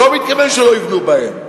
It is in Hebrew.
לא מתכוון שיפגעו בהן,